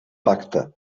pacte